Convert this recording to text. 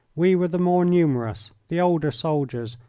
we were the more numerous, the older soldiers,